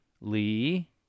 Lee